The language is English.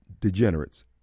degenerates